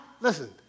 listen